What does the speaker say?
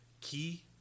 key